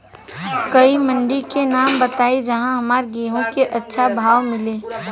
कोई मंडी के नाम बताई जहां हमरा गेहूं के अच्छा भाव मिले?